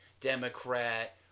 Democrat